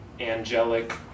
angelic